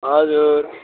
हजुर